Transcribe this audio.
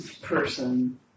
person